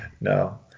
No